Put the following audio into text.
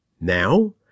Now